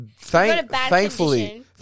Thankfully